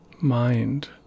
mind